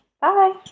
Bye